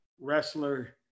wrestler